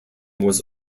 was